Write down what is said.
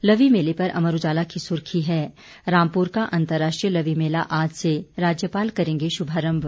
लवी मेले पर अमर उजाला की सुर्खी है रामपुर का अंतर्राष्ट्रीय लवी मेला आज से राज्यपाल करेंगे शुभारंभ